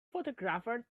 photographer